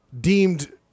Deemed